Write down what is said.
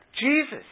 Jesus